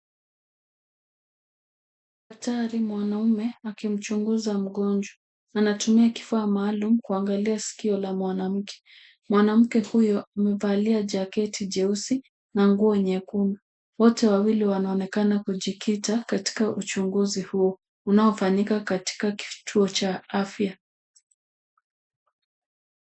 Daktari mwanaume akimchunguza mgonjwa. Anatumia kifaa maalum kuangalia sikio la mwanamke. Mwanamke huyo amevalia jaketi jeusi na nguo nyekundu. Wote wawili wanaonekana kujikita katika uchunguzi huo, unaofanyika katika kituo cha afya.